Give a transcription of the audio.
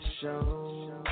show